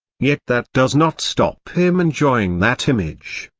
yet that does not stop him enjoying that image.